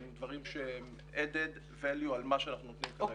אלה דברים שהם בנוסף למה שאנחנו נותנים כרגע.